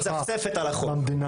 יש שופטת שמצפצפת על החוק,